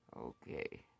Okay